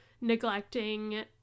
neglecting